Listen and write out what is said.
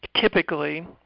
typically